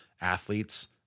athletes